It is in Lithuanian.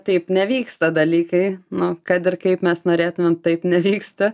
taip nevyksta dalykai nu kad ir kaip mes norėtumėm taip nevyksta